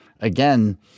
again